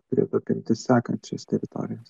turėtų apimti sekančias teritorijas